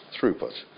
throughput